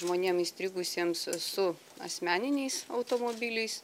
žmonėm įstrigusiems su asmeniniais automobiliais